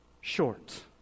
short